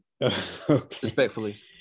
Respectfully